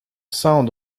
sound